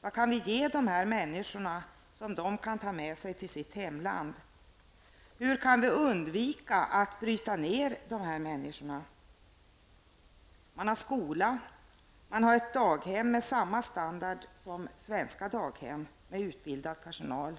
Vad kan vi ge de här människorna att ha med sig till sitt hemland? Hur kan vi undvika att bryta ner dessa människor? Man har nu en skola och ett daghem med samma standard som svenska daghem och med utbildad personal.